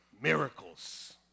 miracles